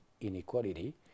inequality